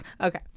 Okay